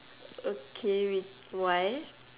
okay wait why